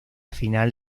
final